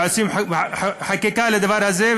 ועושים חקיקה לדבר הזה,